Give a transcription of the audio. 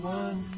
one